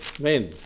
men